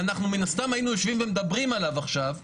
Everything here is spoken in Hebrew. שאנחנו מן הסתם היינו יושבים ומדברים עליו עכשיו,